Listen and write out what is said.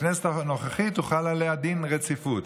בכנסת הנוכחית הוחל עליה דין רציפות.